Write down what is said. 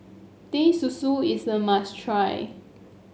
Teh Susu is a must try